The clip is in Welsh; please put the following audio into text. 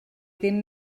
ddim